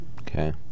Okay